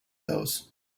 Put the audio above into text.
those